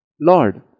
Lord